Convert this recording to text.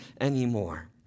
anymore